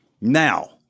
Now